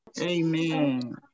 Amen